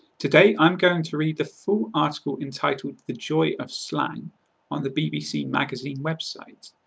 today, i'm going to read the full article entitled the joy of slang on the bbc magazine website.